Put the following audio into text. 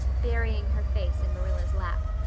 burying her face in marilla's lap.